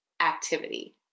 activity